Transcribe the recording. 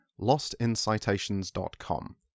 lostincitations.com